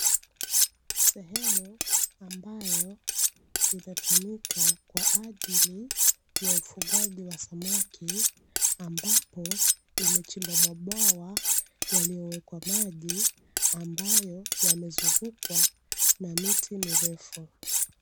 Sehemu ambayo inatumika kwa ajili ya ufugaji wa samaki, ambapo yamechimbwa mabwawa yaliyowekwa maji ambayo yamezungukwa na miti mirefu.